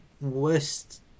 worst